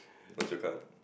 what's your card